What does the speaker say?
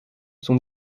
son